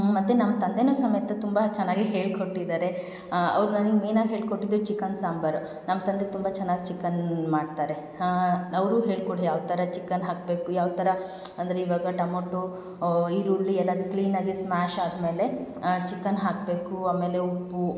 ಮತ್ತು ನಮ್ಮ ತಂದೆಯೂ ಸಮೇತ ತುಂಬ ಚೆನ್ನಾಗಿ ಹೇಳಿಕೊಟ್ಟಿದ್ದಾರೆ ಅವ್ರು ನನಗ್ ಮೇನಾಗಿ ಹೇಳಿಕೊಟ್ಟಿದ್ದು ಚಿಕನ್ ಸಾಂಬಾರು ನಮ್ಮ ತಂದೆ ತುಂಬ ಚೆನ್ನಾಗಿ ಚಿಕನ್ ಮಾಡ್ತಾರೆ ಅವರೂ ಹೇಳ್ಕೊಡ್ ಯಾವ ಥರ ಚಿಕನ್ ಹಾಕಬೇಕು ಯಾವ ಥರ ಅಂದ್ರೆ ಇವಾಗ ಟಮಾಟೊ ಈರುಳ್ಳಿ ಎಲ್ಲ ಕ್ಲೀನಾಗಿ ಸ್ಮ್ಯಾಷ್ ಆದ ಮೇಲೆ ಚಿಕನ್ ಹಾಕಬೇಕು ಆಮೇಲೆ ಉಪ್ಪು